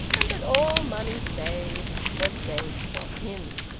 and that all money saved was saved for him.